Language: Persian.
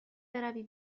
بروی